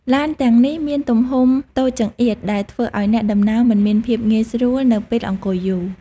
ឡានទាំងនេះមានទំហំតូចចង្អៀតដែលធ្វើឱ្យអ្នកដំណើរមិនមានភាពងាយស្រួលនៅពេលអង្គុយយូរ។